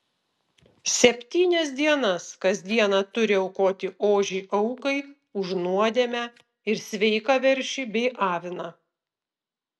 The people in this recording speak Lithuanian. septynias dienas kas dieną turi aukoti ožį aukai už nuodėmę ir sveiką veršį bei aviną